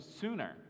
sooner